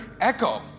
echo